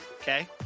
okay